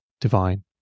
divine